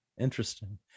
interesting